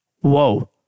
Whoa